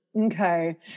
Okay